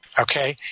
okay